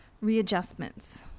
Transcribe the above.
readjustments